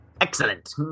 Excellent